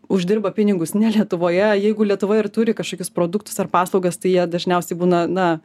uždirba pinigus ne lietuvoje jeigu lietuva ir turi kažkokius produktus ar paslaugas tai jie dažniausiai būna na